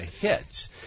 hits